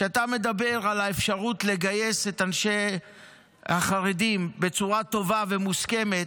כשאתה מדבר על האפשרות לגייס את החרדים בצורה טובה ומוסכמת,